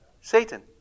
Satan